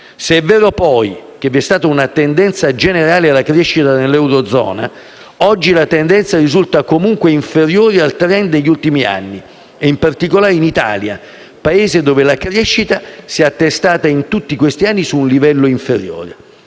Se è vero, poi, che vi è stata una tendenza generale alla crescita nell'Eurozona, oggi la tendenza risulta comunque inferiore al *trend* degli ultimi anni, in particolare in Italia, Paese dove la crescita si è attestata su un livello inferiore.